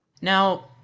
Now